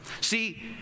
See